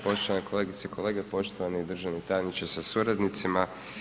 Poštovane kolegice i kolege, poštovani državni tajniče sa suradnicima.